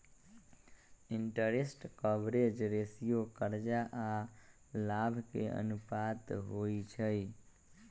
interest coverage ratio करजा आऽ लाभ के अनुपात होइ छइ